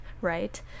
right